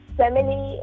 family